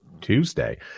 Tuesday